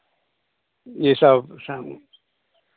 ये सब सम